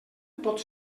pot